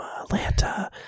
Atlanta